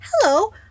hello